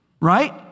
Right